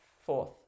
Fourth